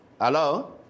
hello